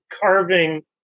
carving